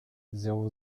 zéro